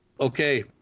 Okay